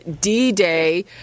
D-Day